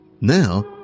now